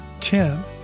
Ten